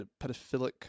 pedophilic